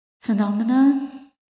phenomena